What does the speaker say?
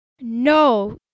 No